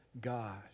God